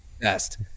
best